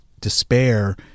despair